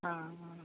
ആ